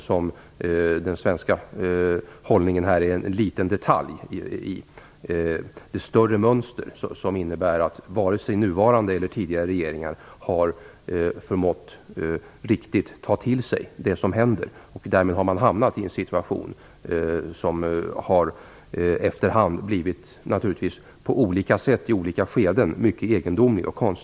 Där är den svenska hållningen en liten detalj i det större mönster som innebär att vare sig nuvarande eller tidigare regeringar riktigt förmått ta till sig det som händer. Därmed har man hamnat i en situation som efter hand på olika sätt och i olika skeden har blivit mycket egendomlig.